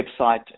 website